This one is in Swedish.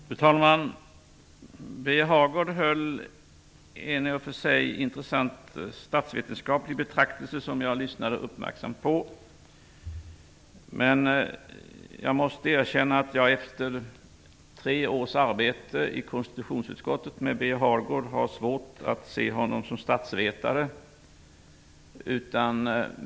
Fru talman! Birger Hagård höll en i och för sig intressant statsvetenskaplig betraktelse som jag lyssnade uppmärksamt på. Men jag måste erkänna att jag efter tre års arbete i konstitutionsutskottet med Birger Hagård har svårt att se honom som statsvetare.